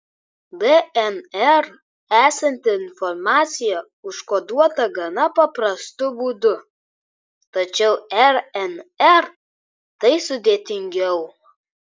dnr esanti informacija užkoduota gana paprastu būdu tačiau rnr tai sudėtingiau